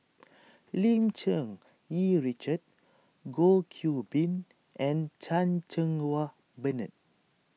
Lim Cherng Yih Richard Goh Qiu Bin and Chan Cheng Wah Bernard